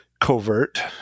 covert